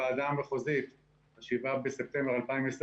7 בספטמבר 2020,